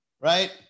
right